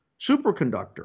superconductor